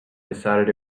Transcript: decided